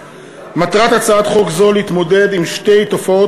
מטרת הצעת חוק זו להתמודד עם שתי תופעות